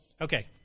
Okay